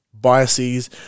biases